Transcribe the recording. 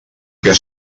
que